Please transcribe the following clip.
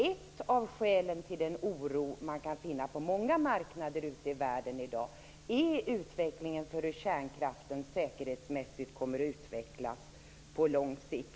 Ett av skälen till den oro man kan finna på många marknader i världen i dag är osäkerhet om hur kärnkraften kommer att utvecklas säkerhetsmässigt på lång sikt.